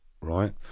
right